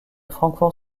francfort